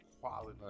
quality